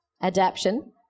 Adaption